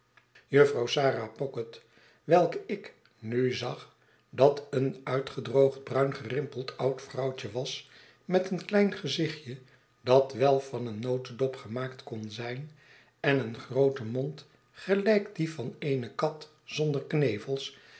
jufvrouw sarah pocket welke ik nu zag dat een uitgedroogd bruin gerimpeld oud vrouwtje was met een klein gezichtje dat wel van een notedop gemaakt kon zijn en een grooten mond gelijk dien van eene kat zonder knevels